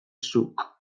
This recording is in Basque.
zuk